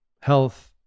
health